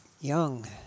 Young